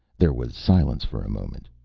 there was silence for a moment.